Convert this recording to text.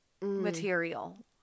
material